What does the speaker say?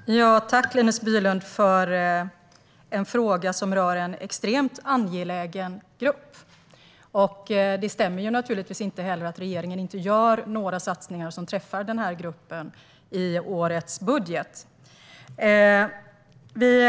Herr talman! Tack, Linus Bylund, för en fråga som rör en extremt angelägen grupp. Det stämmer naturligtvis inte att regeringen inte gör några satsningar som träffar den här gruppen i årets budget. Vi